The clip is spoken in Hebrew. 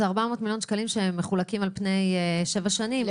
אלה 400 מיליון שקלים שמחולקים על פני שבע שנים.